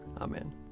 Amen